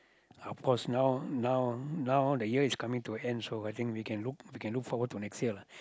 of course now now now the year is coming to an end so I think we can look we can look forward to next year lah